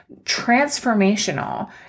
transformational